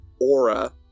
aura